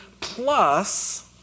plus